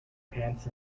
pants